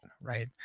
right